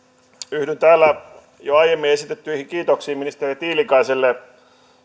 yhdyn täällä jo aiemmin esitettyihin kiitoksiin ministeri tiilikaiselle